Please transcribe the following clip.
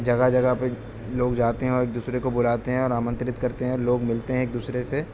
جگہ جگہ پہ لوگ جاتے ہیں اور ایک دوسرے کو بلاتے ہیں اور آمنترت کرتے ہیں لوگ ملتے ہیں ایک دوسرے سے